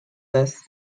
this